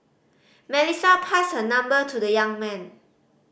Melissa passed her number to the young man